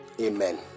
Amen